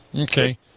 okay